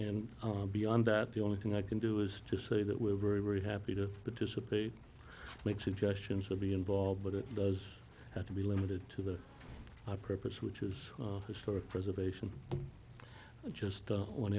and beyond that the only thing i can do is to say that we're very very happy to participate make suggestions or be involved but it does have to be limited to the purpose which is historic preservation i just